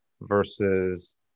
versus